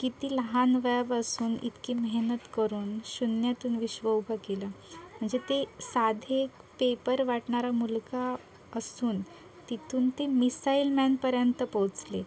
किती लहान वयापासून इतकी मेहनत करून शून्यातून विश्व उभं केलं म्हणजे ते साधे पेपर वाटणारा मुलगा असून तिथून ते मिसाईल मॅनपर्यंत पोहोचले